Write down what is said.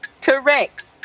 Correct